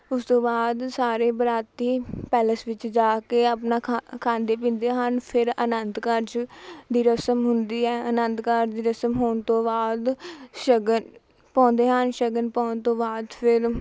ਉਸ ਤੋਂ ਬਾਅਦ ਸਾਰੇ ਬਰਾਤੀ ਪੈਲਸ ਵਿੱਚ ਜਾ ਕੇ ਆਪਣਾ ਖਾਂ ਖਾਂਦੇ ਪੀਂਦੇ ਹਨ ਫਿਰ ਆਨੰਦ ਕਾਰਜ ਦੀ ਰਸਮ ਹੁੰਦੀ ਹੈ ਆਨੰਦ ਕਾਰਜ ਦੀ ਰਸਮ ਹੋਣ ਤੋਂ ਬਾਅਦ ਸ਼ਗਨ ਪਾਉਂਦੇ ਹਨ ਸ਼ਗਨ ਪਾਉਣ ਤੋਂ ਬਾਅਦ ਫੇਰ